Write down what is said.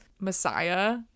messiah